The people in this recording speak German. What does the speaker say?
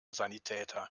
sanitäter